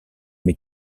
mes